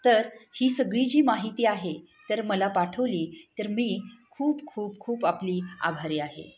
तर ही सगळी जी माहिती आहे तर मला पाठवली तर मी खूप खूप खूप आपली आभारी आहे